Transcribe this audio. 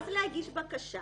אז להגיש בקשה